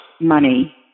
money